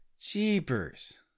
Jeepers